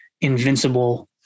invincible